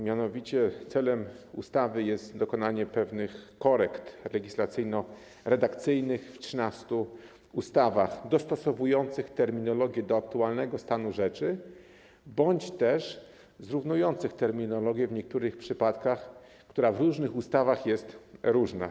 Mianowicie celem ustawy jest dokonanie pewnych korekt legislacyjno-redakcyjnych w 13 ustawach dostosowujących terminologię do aktualnego stanu rzeczy bądź też zrównujących terminologię w niektórych przypadkach, jeżeli w różnych ustawach jest różna.